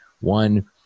One